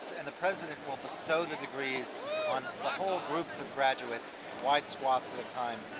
and the president will bestow the degrees on the whole groups of graduates wide swaths at a time.